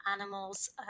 animals